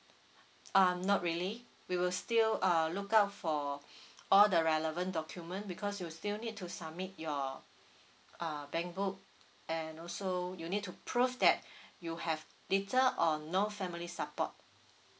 um not really we will still uh look out for all the relevant document because you still need to submit your uh bankbook and also you need to prove that you have little or no family support